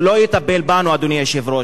הוא לא יטפל בנו, אדוני היושב-ראש.